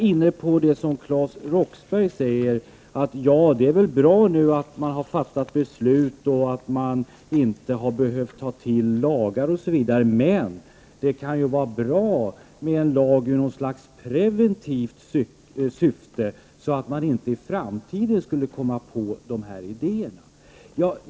Claes Roxbergh sade att det är bra att beslut har fattats och att man inte har behövt ta till lagar men att det kan vara bra med en lag i något slags preventivt syfte, så att man inte i framtiden kommer på dessa idéer.